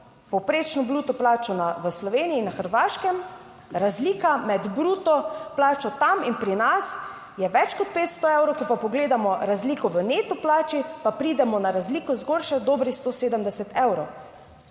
povprečno bruto plačo v Sloveniji in na Hrvaškem. Razlika med bruto plačo tam in pri nas je več kot 500 evrov, ko pa pogledamo razliko v neto plači, pa pridemo na razliko zgolj še dobrih 170